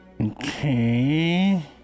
Okay